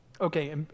Okay